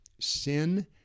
Sin